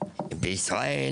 בישראל,